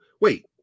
wait